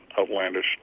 outlandish